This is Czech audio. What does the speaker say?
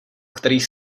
kterých